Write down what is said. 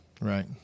Right